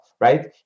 Right